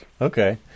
Okay